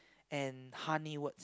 and honey words